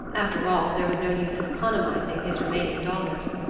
after all, there was no use in economizing his remaining dollars.